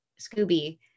Scooby